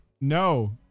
No